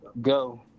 go